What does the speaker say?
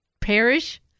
parish